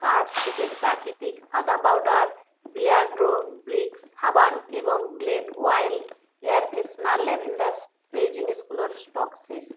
cart থেকে প্রাকৃতিক আদা পাউডার বিয়ার্ডো ব্রিক সাবান এবং Glade wild air freshener lavender spray জিনিসগুলোর স্টক শেষ